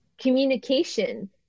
communication